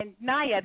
Naya